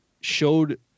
showed